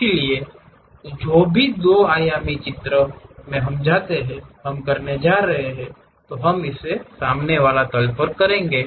इसलिए जो भी 2 आयामी चित्र हम जाते हैं हम करने जा रहे हैं हम इसे इस सामने वाले तल पर करेंगे